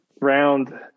round